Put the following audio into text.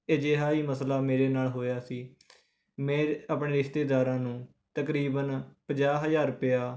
ਅਜਿਹਾ ਹੀ ਮਸਲਾ ਮੇਰੇ ਨਾਲ ਹੋਇਆ ਸੀ ਮੈਂ ਆਪਣੇ ਰਿਸ਼ਤੇਦਾਰਾਂ ਨੂੰ ਤਕਰੀਬਨ ਪੰਜਾਹ ਹਜ਼ਾਰ ਰੁੁੁਪਇਆ